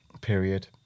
period